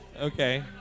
Okay